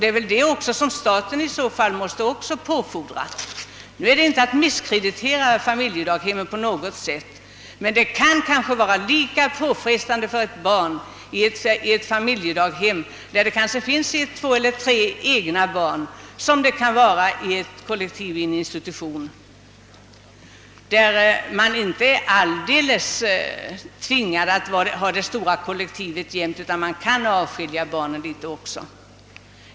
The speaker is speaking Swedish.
Det är väl det som staten också måste fordra. Detta betyder inte att man på något sätt vill misskreditera familjedaghemmen. Det kan dock vara lika påfrestande för ett barn i ett familjedaghem där det kanske finns ett, två eller tre egna barn, som det kan vara i en kollektiv institution, där man inte är alldeles tvingad att alltid ha det stora kollektivet, utan där man kan avskilja barnen ibland också.